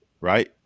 Right